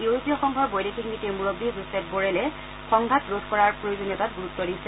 ইউৰোপীয় সংঘৰ বৈদেশিক নীতিৰ মূৰববী জোচেপ বৰেলে সংঘাত ৰোধ কৰাৰ প্ৰয়োজনীয়তাত গুৰুত্ব দিছে